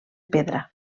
pedra